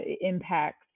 impacts